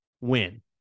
win